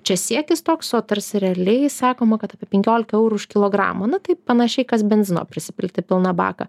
čia siekis toks o tarsi realiai sakoma kad apie penkiolika eurų už kilogramą na tai panašiai kas benzino prisipilti pilną baką